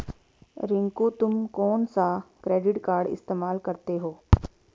रिंकू तुम कौन सा क्रेडिट कार्ड इस्तमाल करते हो?